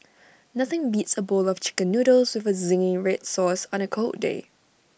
nothing beats A bowl of Chicken Noodles with Zingy Red Sauce on A cold day